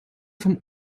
vom